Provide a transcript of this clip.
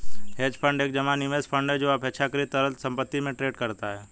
hedge fund एक जमा निवेश फंड है जो अपेक्षाकृत तरल संपत्ति में ट्रेड करता है